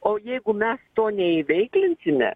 o jeigu mes to neįveiklinsime